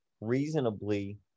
reasonably